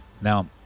Now